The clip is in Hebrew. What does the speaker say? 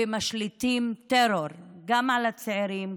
ומשליטים טרור גם על הצעירים,